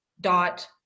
dot